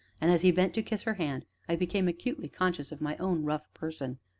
and, as he bent to kiss her hand, i became acutely conscious of my own rough person,